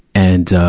and,